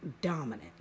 dominant